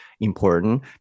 important